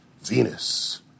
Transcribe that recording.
Venus